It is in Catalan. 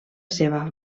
seva